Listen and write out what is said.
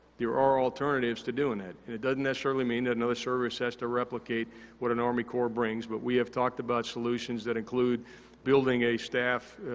there are alternatives to doing that. and, it doesn't necessarily mean that another service has to replicate what an army corps brings. but, we have talked about solutions that include building a staff,